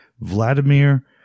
Vladimir